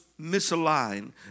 misaligned